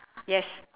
yes